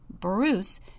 Bruce